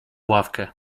ławkę